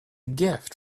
gift